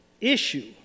issue